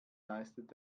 leistet